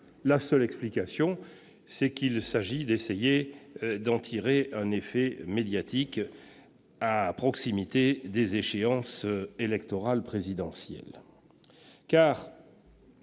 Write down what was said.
La seule explication, c'est que vous voulez essayer d'en tirer un profit médiatique à proximité de l'échéance électorale présidentielle.